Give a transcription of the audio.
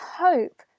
hope